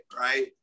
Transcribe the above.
right